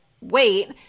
wait